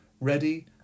ready